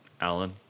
Alan